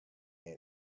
hill